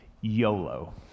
YOLO